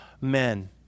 men